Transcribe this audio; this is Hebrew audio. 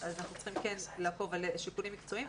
אנחנו כן צריכים לקחת שיקולים מקצועיים.